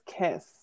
kiss